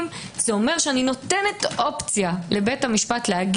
זה אומר שאני נותנת אופציה לבית המשפט לומר: